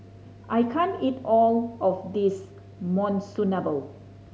I can't eat all of this Monsunabe